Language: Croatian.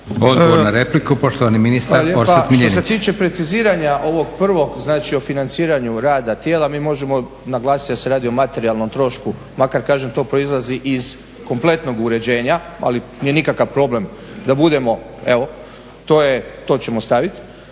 Odgovor na repliku, poštovani ministar Orsat Miljenić.